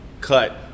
cut